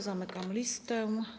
Zamykam listę.